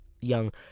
young